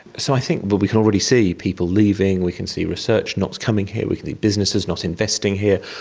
so i think but we can already see people leaving, we can see research not coming here, we can see businesses not investing here,